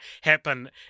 happen